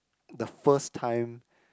the first time